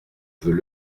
veux